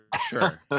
sure